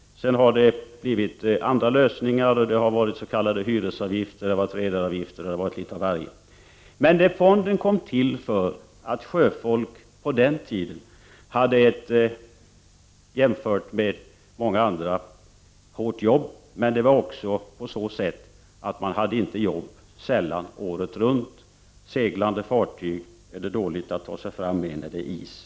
Sedan har det varit andra lösningar. Det har varit s.k. hyresavgifter, redaravgifter och litet av varje. Fonden kom till därför att sjöfolk på den tiden hade ett hårdare arbete än många andra. Det var också så att man sällan hade jobb året runt. Med seglande fartyg är det svårt att ta sig fram när det är is.